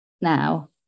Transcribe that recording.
now